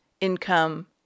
income